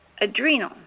adrenal